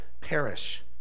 perish